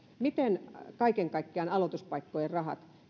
miten kaiken kaikkiaan aloituspaikkojen rahat